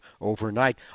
overnight